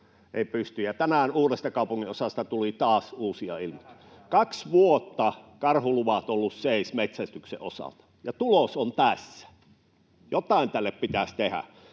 tänään uudesta kaupunginosasta tuli taas uusia ilmoituksia. Kaksi vuotta ovat karhuluvat olleet seis metsästyksen osalta, ja tulos on tässä. Jotain tälle pitäisi tehdä.